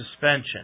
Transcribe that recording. suspension